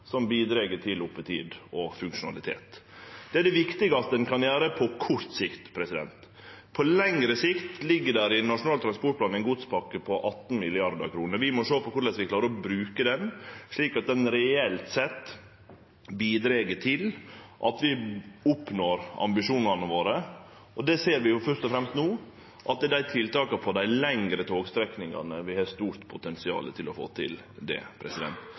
som bidreg til oppetid og funksjonalitet. Det er det viktigaste ein kan gjere på kort sikt. På lengre sikt ligg det i Nasjonal transportplan ein godspakke på 18 mrd. kr. Vi må sjå på korleis vi kan klare å bruke han slik at han reelt sett bidreg til at vi oppnår ambisjonane våre. Det vi ser først og fremst no, er at tiltaka på dei lengre togstrekningane har stort potensial til å få til det.